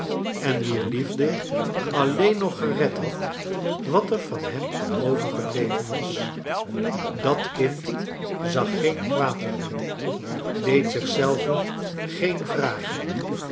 en wier liefde alleen nog gered had wat er van hem overgebleven was dat kind zag geen kwaad in hem deed zich zelve geen vragen